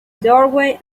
doorway